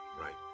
Right